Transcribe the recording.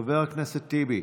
חברי הכנסת לצורך הצבעה.